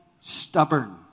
stubborn